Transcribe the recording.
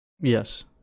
Yes